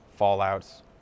fallouts